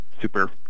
super